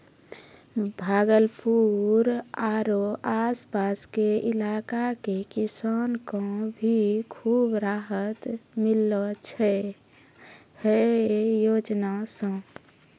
भागलपुर आरो आस पास के इलाका के किसान कॅ भी खूब राहत मिललो छै है योजना सॅ